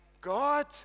God